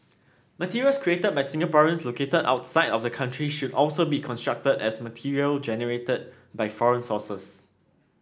materials created by Singaporeans located outside of the country should also be construed as material generated by foreign sources